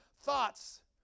thoughts